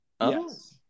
Yes